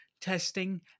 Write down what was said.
testing